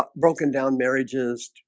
but broken down marriages